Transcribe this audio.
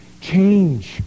change